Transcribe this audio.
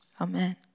Amen